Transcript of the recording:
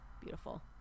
beautiful